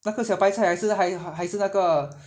那个小白菜还是还是那个